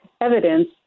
evidence